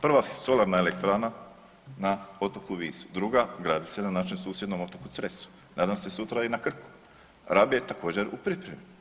Prva solarna elektrana na otoku Visu, druga gradi se na našem susjedom otoku Cresu, nadam se sutra i na Krku, Rab je također u pripremi.